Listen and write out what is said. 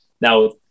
Now